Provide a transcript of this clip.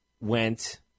went